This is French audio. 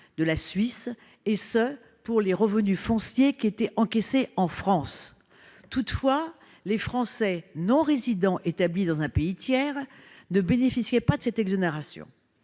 de la Suisse, et ce pour les revenus fonciers encaissés en France. Toutefois, les Français non-résidents établis dans un pays tiers ne bénéficient pas de cette exonération,